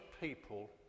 people